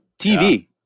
TV